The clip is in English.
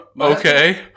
Okay